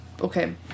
Okay